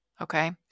Okay